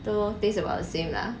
都 taste about the same lah